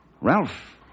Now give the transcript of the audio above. Ralph